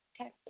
Okay